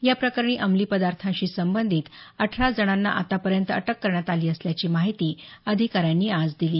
या प्रकरणी अंमली पदार्थांशी संबंधित अठरा अजणांना आतापर्यंत अटक करण्यात आली असल्याची माहिती अधिकाऱ्यांनी आज दिली